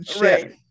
Right